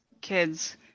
kids